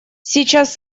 сейчас